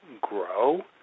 grow